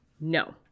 No